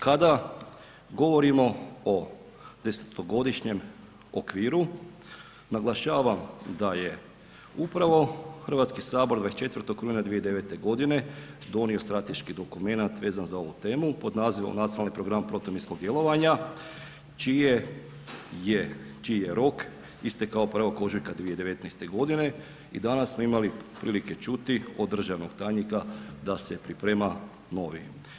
Kada govorimo o desetogodišnjem okviru, naglašavam da je upravo HS 24. rujna 2009.g. donio strateški dokumenat vezan za ovu temu pod nazivom „Nacionalni program protuminskog djelovanja“ čiji je rok istekao 1. ožujka 2019.g. i danas smo imali prilike čuti od državnog tajnika da se priprema novi.